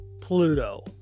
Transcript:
pluto